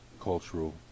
cultural